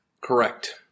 Correct